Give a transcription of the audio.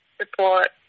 support